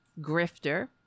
grifter